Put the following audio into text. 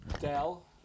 Dell